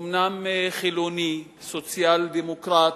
אומנם חילוני, סוציאל-דמוקרט,